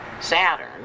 Saturn